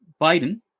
Biden